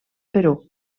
perú